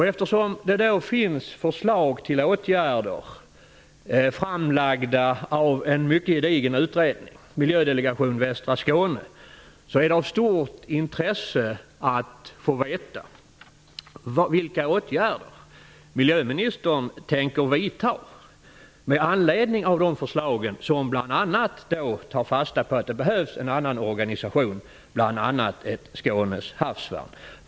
Eftersom det finns förslag till åtgärder framlagda av en mycket gedigen utredning, Miljödelegation Västra Skåne, är det av stort intresse att få veta vilka åtgärder miljöministern tänker vidta med anledning av de förslag som tar fasta på att det behövs en annan organisation, bl.a. ett Skånes havsvärn.